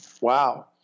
Wow